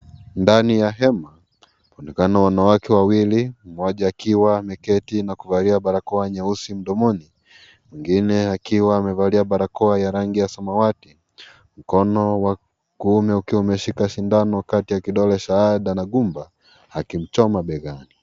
Ndani ya hema kunaonekana wanawake wawili, mmoja akiwa ameketi na kuvalia barakoa nyeusi mdomoni, mwingine akiwa amevalia barakoa ya rangi ya samawati. Mkono wa kiume akiwa umeshika sindano kati ya kidole shahada na gumba, akimchoma bega.